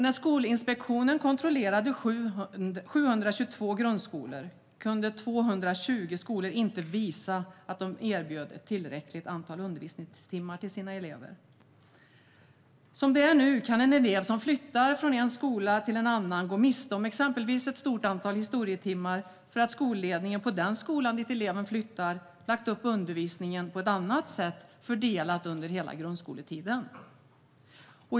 När Skolinspektionen kontrollerade 722 grundskolor kunde 220 skolor inte visa att de erbjöd tillräckligt antal undervisningstimmar till sina elever. Som det är nu kan en elev som flyttar från en skola till en annan gå miste om exempelvis ett stort antal historietimmar för att skolledningen på den skolan dit eleven flyttat lagt upp undervisningen på ett annat sätt fördelat över hela grundskoletiden.